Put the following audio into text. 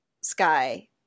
sky